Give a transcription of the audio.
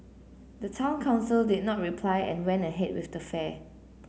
the town council did not reply and went ahead with the fair